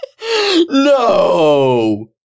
No